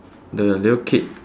the little kid